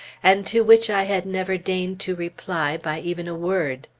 and to which i had never deigned to reply by even a word.